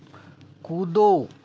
कूदो